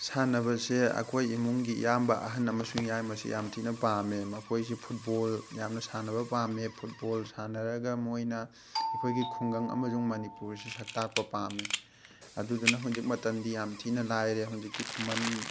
ꯁꯥꯟꯅꯕꯁꯦ ꯑꯩꯈꯣꯏ ꯏꯃꯨꯡꯒꯤ ꯏꯌꯥꯝꯕ ꯑꯍꯟ ꯑꯃꯁꯨꯡ ꯌꯥꯏꯃꯁꯦ ꯌꯥꯝ ꯊꯤꯅ ꯄꯥꯝꯃꯦ ꯃꯈꯣꯏꯁꯦ ꯐꯨꯠꯕꯣꯜ ꯌꯥꯝꯅ ꯁꯥꯟꯅꯕ ꯄꯥꯝꯃꯤ ꯐꯨꯠꯕꯣꯜ ꯁꯥꯟꯅꯔꯒ ꯃꯣꯏꯅ ꯑꯩꯈꯣꯏꯒꯤ ꯈꯨꯡꯒꯪ ꯑꯃꯁꯨꯡ ꯃꯅꯤꯄꯨꯔꯁꯤ ꯁꯛ ꯇꯥꯛꯄ ꯄꯥꯃꯃꯤ ꯑꯗꯨꯗꯨꯅ ꯍꯧꯖꯤꯛ ꯃꯇꯝꯗꯤ ꯌꯥꯝ ꯊꯤꯅ ꯂꯥꯏꯔꯦ ꯍꯧꯖꯤꯛꯇꯤ ꯈꯨꯃꯟ